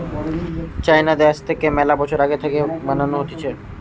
চাইনা দ্যাশ থাকে মেলা বছর আগে থাকে বানানো হতিছে